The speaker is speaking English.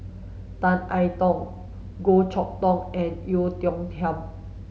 Tan I Tong Goh Chok Tong and Oei Tiong Ham